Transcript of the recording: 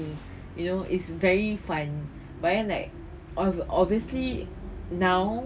you know it's very fun but then like obviously now